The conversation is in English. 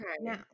Now